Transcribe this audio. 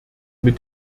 mit